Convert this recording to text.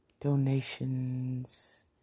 donations